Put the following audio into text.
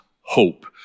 hope